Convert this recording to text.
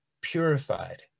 purified